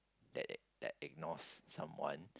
that ig~ that ignores someone